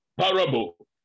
parable